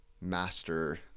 master